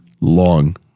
long